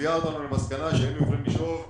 מביאה אותנו למסקנה שהיינו יכולים לשאוב 15%,